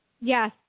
Yes